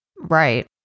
right